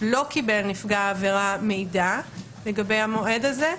לא קיבל נפגע העבירה מידע לגבי המועד הזה.